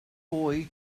boy